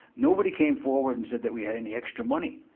nobody came forward and said that wehad any extra money.